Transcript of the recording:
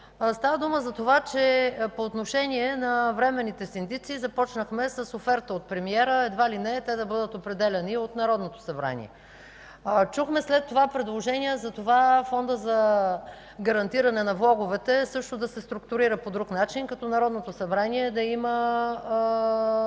Става дума за това, че по отношение на временните синдици започнахме с оферта от премиера едва ли не те да бъдат определяни от Народното събрание. Чухме предложения Фондът за гарантиране на влогове също да се структурира по друг начин, като Народното събрание да има